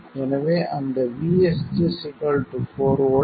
எனவே அந்த VSG 4 V ஒரு 12